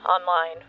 online